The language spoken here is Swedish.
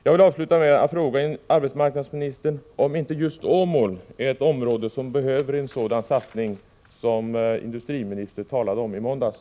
Jag vill avsluta med att fråga arbetsmarknadsministern om inte just Åmål är ett område som behöver en sådan satsning som industriministern talade om i måndags.